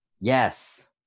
Yes